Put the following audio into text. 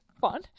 fun